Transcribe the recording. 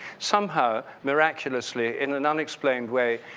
somehow, miraculously in an unexplained way,